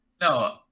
no